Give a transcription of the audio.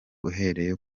uhereye